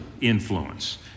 influence